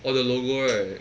orh the logo right